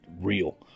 real